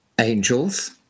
angels